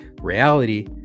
Reality